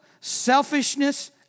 selfishness